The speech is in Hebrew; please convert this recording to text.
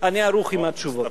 אני ערוך עם התשובות.